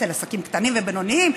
אצל עסקים קטנים ובינוניים.